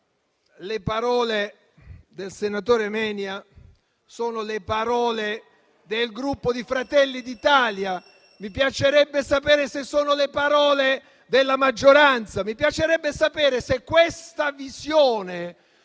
le parole del senatore Menia sono le parole del Gruppo Fratelli d'Italia. Mi piacerebbe sapere se sono le parole della maggioranza, mi piacerebbe sapere se questa visione